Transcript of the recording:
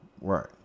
Right